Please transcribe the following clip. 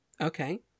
Okay